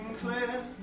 clear